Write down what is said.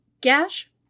gash